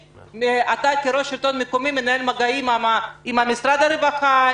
האם אתה כיושב-ראש מרכז השלטון המקומי מנהל מגעים עם משרד הרווחה,